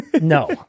No